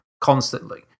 constantly